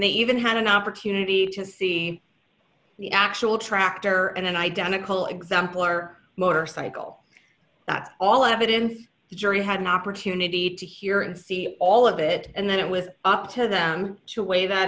they even had an opportunity to see the actual tractor and an identical example or motorcycle that all evidence the jury had an opportunity to hear and see all of it and then it was up to them to weigh that